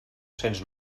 cents